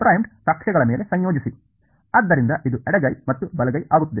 ಆದ್ದರಿಂದ ಇದು ಎಡಗೈ ಮತ್ತು ಬಲಗೈ ಆಗುತ್ತದೆ